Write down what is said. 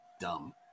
dumb